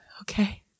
Okay